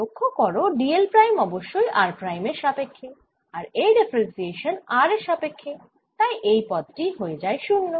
লক্ষ্য করো d l prime অবশ্যই r প্রাইম এর সাপেক্ষ্যে আর এই ডিফারেনশিয়াশান r এর সাপেক্ষ্যে তাই এই পদ টি হয়ে যায় 0